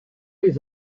les